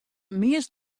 meast